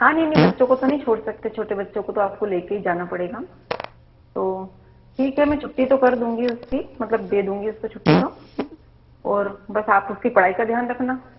हाँ नहीं नहीं बच्चों को तो नहीं छोड़ सकते छोटे बच्चों को तो आपको लेके ही जाना पड़ेगा तो ठीक है मैं छुट्टी तो कर दूँगी उसकी मतलब दे दूँगी उस छुट्टी तो और बस आप उसकी पढ़ाई का ध्यान रखना